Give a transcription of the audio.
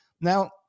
now